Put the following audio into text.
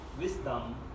wisdom